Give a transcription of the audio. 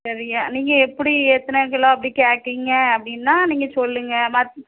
சரியா நீங்கள் எப்படி எத்தனை கிலோ அப்படி கேட்குறீங்க அப்படின்னா நீங்கள் சொல்லுங்கள் மத்